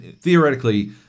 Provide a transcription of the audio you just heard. theoretically